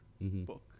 book